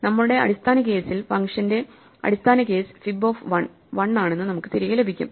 നമ്മുടെ അടിസ്ഥാന കേസിൽ ഫങ്ഷന്റെ അടിസ്ഥാന കേസ് fib ഓഫ് 1 1 ആണെന്ന് നമുക്ക് തിരികെ ലഭിക്കും